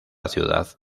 ciudad